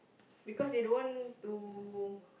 because they don't want to